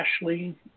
Ashley